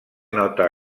nota